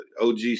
OG